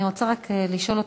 אני רוצה רק לשאול אותך.